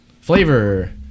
Flavor